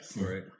Right